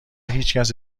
هیچکس